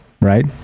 right